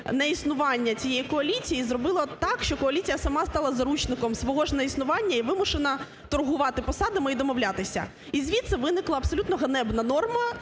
неіснування цієї коаліції зробило так, що коаліція сама стала заручником свого ж неіснування і вимушена торгувати посадами, і домовлятися. І звідси виникла абсолютно ганебна норма